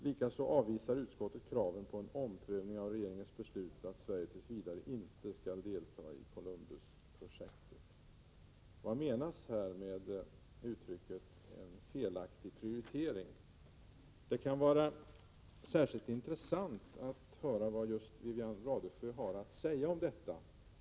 Likaså avvisar utskottet kraven på en omprövning av regeringens beslut att Sverige tills vidare inte skall delta i Columbusprojektet.” Vad avses med uttrycket ”en felaktig prioritering”? Det skulle vara särskilt intressant att höra vad just Wivi-Anne Radesjö har att säga om detta.